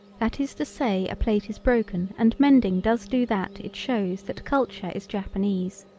that is to say a plate is broken and mending does do that it shows that culture is japanese.